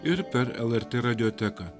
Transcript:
ir per lrt radioteką